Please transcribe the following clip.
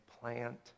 plant